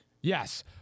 Yes